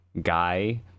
guy